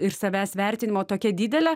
ir savęs vertinimo tokia didelė